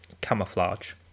camouflage